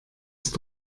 ist